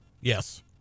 Yes